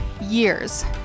years